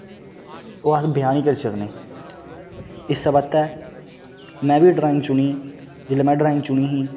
ओह् अस ब्यान नेईं करी सकनें इस्सै बास्तै में बी ड्रांइग चुनी जेल्लै में ड्रांइग चुनी ही